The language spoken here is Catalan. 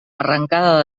arrancada